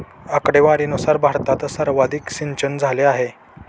आकडेवारीनुसार भारतात सर्वाधिक सिंचनझाले आहे